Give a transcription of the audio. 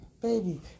Baby